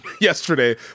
yesterday